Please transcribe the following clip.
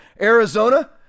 Arizona